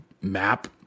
map